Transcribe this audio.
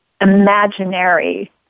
Imaginary